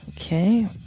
Okay